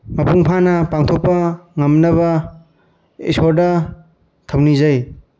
ꯃꯄꯨꯡ ꯐꯥꯅ ꯄꯥꯡꯊꯣꯛꯄ ꯉꯝꯅꯕ ꯏꯁꯣꯔꯗ ꯊꯧꯅꯤꯖꯩ